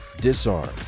Disarm